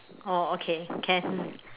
oh okay can